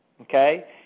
Okay